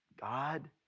God